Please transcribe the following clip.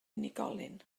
unigolyn